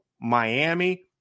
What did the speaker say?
Miami